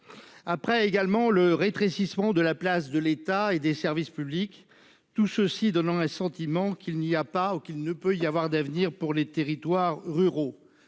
Après également le rétrécissement de la place de l'État et des services publics. Tout ceci donnant un sentiment qu'il n'y a pas ou qu'il ne peut y avoir d'avenir pour les territoires ruraux.